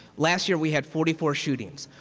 last year we had forty four shootings.